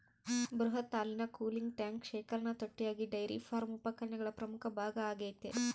ಬೃಹತ್ ಹಾಲಿನ cooling tank ಶೇಖರಣಾ ತೊಟ್ಟಿಯಾಗಿ ಡೈರಿ ಫಾರ್ಮ್ ಉಪಕರಣಗಳ ಪ್ರಮುಖ ಭಾಗ ಆಗೈತೆ